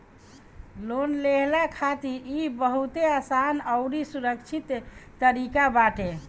loan लेहला खातिर इ बहुते आसान अउरी सुरक्षित तरीका बाटे